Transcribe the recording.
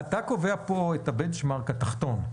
אתה קובע כאן את הבנצ'מרק התחתון.